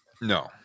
No